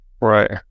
Right